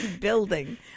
building